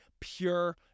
pure